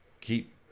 keep